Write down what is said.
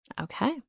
Okay